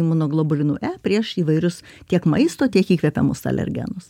imunoglobulinų e prieš įvairius tiek maisto tiek įkvepiamus alergenus